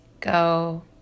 go